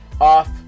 off